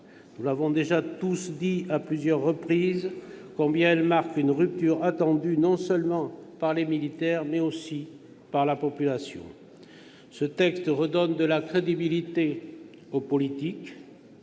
Nous avons déjà tous dit à plusieurs reprises combien il marque une rupture attendue non seulement par les militaires, mais aussi par la population. Ce texte redonne de la crédibilité au politique